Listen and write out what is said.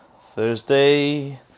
Thursday